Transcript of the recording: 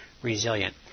resilient